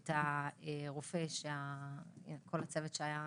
את הרופא שכל הצוות שהיה